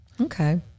Okay